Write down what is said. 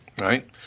right